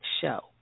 Show